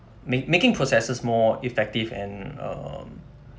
ma~ making processes more effective and um